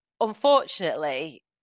Unfortunately